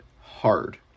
hard